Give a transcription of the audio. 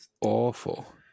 awful